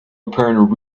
apparent